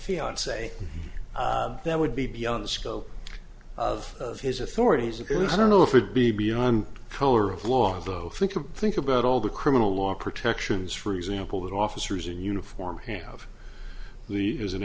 fiance that would be beyond the scope of his authorities and i don't know if it be beyond color of law though think of think about all the criminal law protections for example that officers in uniform have the